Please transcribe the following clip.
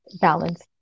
balance